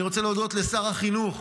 אני רוצה להודות לשר החינוך